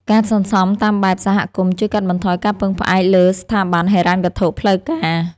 ការសន្សំតាមបែបសហគមន៍ជួយកាត់បន្ថយការពឹងផ្អែកលើស្ថាប័នហិរញ្ញវត្ថុផ្លូវការ។